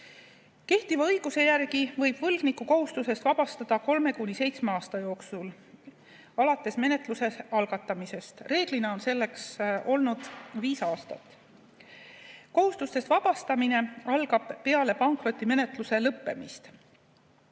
Kehtiva õiguse järgi võib võlgniku kohustusest vabastada kolme kuni seitsme aasta jooksul alates menetluse algatamisest. Reeglina on selleks olnud viis aastat. Kohustustest vabastamine algab peale pankrotimenetluse lõppemist.